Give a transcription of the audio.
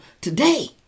today